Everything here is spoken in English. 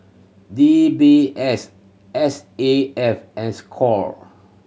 D B S S A F and score